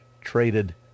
traded